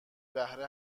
بهره